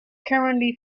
currently